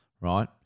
right